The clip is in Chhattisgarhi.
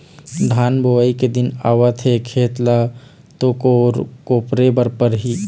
धान बोवई के दिन आवत हे खेत ल तो कोपरे बर परही